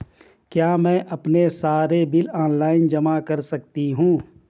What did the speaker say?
क्या मैं अपने सारे बिल ऑनलाइन जमा कर सकती हूँ?